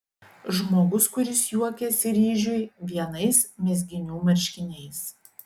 žmogus kuris juokiasi ryžiui vienais mezginių marškiniais